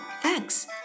Thanks